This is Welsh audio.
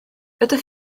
ydych